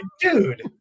dude